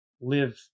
live